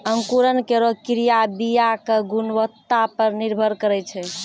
अंकुरन केरो क्रिया बीया क गुणवत्ता पर निर्भर करै छै